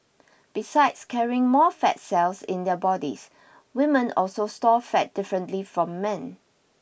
besides carrying more fat cells in their bodies women also store fat differently from men